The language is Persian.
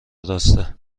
راسته